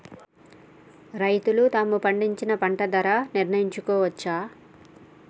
రైతులు తాము పండించిన పంట ధర నిర్ణయించుకోవచ్చా?